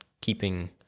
keeping